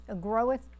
groweth